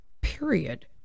period